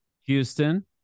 Houston